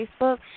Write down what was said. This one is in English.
Facebook